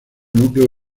núcleo